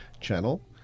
channel